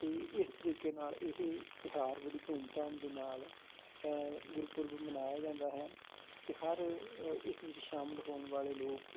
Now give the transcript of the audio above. ਅਤੇ ਇਸ ਤਰੀਕੇ ਨਾਲ ਇਹ ਤਿਉਹਾਰ ਬੜੀ ਧੂਮਧਾਮ ਦੇ ਨਾਲ ਗੁਰਪੁਰਬ ਮਨਾਇਆ ਜਾਂਦਾ ਹੈ ਅਤੇ ਹਰ ਅ ਇਸ ਵਿੱਚ ਸ਼ਾਮਿਲ ਹੋਣ ਵਾਲੇ ਲੋਕ